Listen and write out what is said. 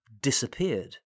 disappeared